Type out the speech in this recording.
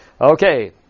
Okay